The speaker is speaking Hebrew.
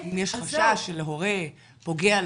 אם יש חשש שלהורה פוגע,